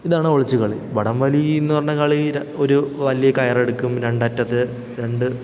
ഇതാണ് ഒളിച്ചു കളി വടംവലിയെന്ന് പറഞ്ഞ കളി ഒരു വലിയ കയറെടുക്കും രണ്ടറ്റത്ത് രണ്ട്